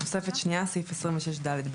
תוספת שנייה (סעיף 26ד(ב))